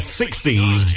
60s